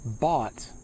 bought